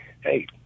hey